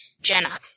Jenna